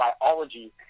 biology